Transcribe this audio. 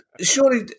Surely